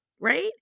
Right